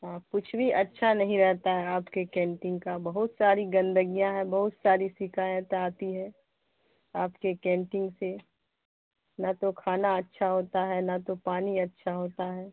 ہاں کچھ بھی اچھا نہیں رہتا ہے آپ کے کینٹین کا بہت ساری گندگیاں ہیں بہت ساری شکایت آتی ہے آپ کے کینٹین سے نہ تو کھانا اچھا ہوتا ہے نہ تو پانی اچھا ہوتا ہے